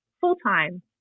full-time